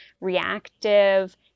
reactive